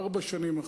ארבע שנים אחרי.